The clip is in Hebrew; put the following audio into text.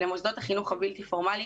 למוסדות החינוך הבלתי פורמלי,